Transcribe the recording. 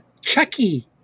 Chucky